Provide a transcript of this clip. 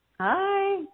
Hi